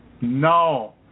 No